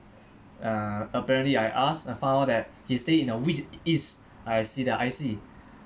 uh apparently I asked I found out that he stayed in the w~ east I see the I_C